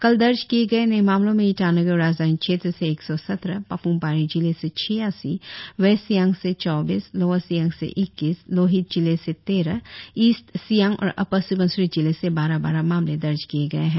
कल दर्ज किए गए नए मामलों में ईटानगर राजधानी क्षेत्र से एक सौ सत्रह पापुम पारे जिले से छियासी वेस्ट सियांग से चौबीस लोअर सियांग से इक्कीस लोहित जिले से तेरह ईस्ट सियांग और अपर स्बनसिरी जिले से बारह बारह मामले दर्ज किए गए है